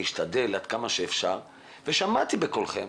אני אשתדל עד כמה שאפשר ושמעתי בקולכם